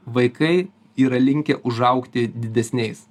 vaikai yra linkę užaugti didesniais